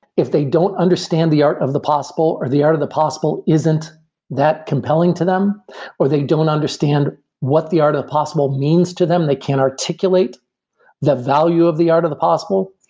if they don't understand the art of the possible or the art of the possible isn't that compelling to them or they don't understand what the art of possible means to them, they can articulate the value of the art of the possible,